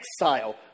exile